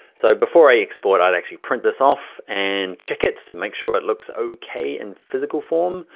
so before i export, i'd actually print this off and check it to make sure it looks okay in physical form.